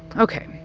ok.